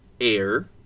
air